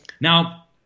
Now